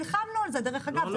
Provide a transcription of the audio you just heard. נלחמנו על זה, דרך אגב.